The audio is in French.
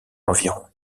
environ